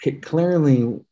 clearly